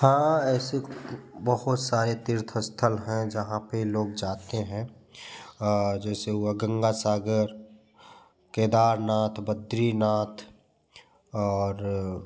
हाँ ऐसे बहुत सारे तीर्थ स्थल हैं जहाँ पे लोग जाते हैं जैसे हुआ गंगा सागर केदारनाथ बद्रीनाथ और